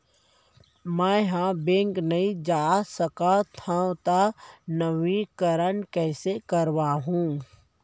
मैं ह बैंक नई जाथे सकंव त नवीनीकरण कइसे करवाहू?